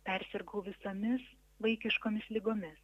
persirgau visomis vaikiškomis ligomis